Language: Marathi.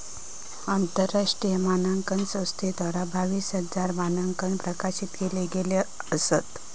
आंतरराष्ट्रीय मानांकन संस्थेद्वारा बावीस हजार मानंक प्रकाशित केले गेले असत